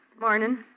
Morning